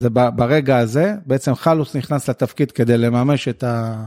זה ברגע הזה, בעצם חלוץ נכנס לתפקיד כדי לממש את ה...